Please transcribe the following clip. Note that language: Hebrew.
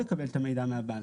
רועי אחד מאלה שהצביעו בעד.